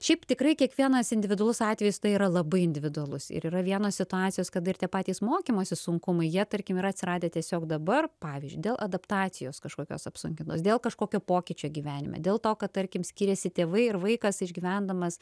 šiaip tikrai kiekvienas individualus atvejis tai yra labai individualus ir yra vienos situacijos kada ir patys mokymosi sunkumai jie tarkim yra atsiradę tiesiog dabar pavyzdžiui dėl adaptacijos kažkokios apsunkintos dėl kažkokio pokyčio gyvenime dėl to kad tarkim skyrėsi tėvai ir vaikas išgyvendamas